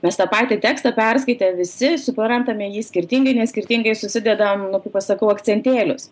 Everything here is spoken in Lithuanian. mes tą patį tekstą perskaitę visi suprantame jį skirtingai nes skirtingai susidedam kaip aš sakau akcentėlius